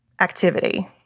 activity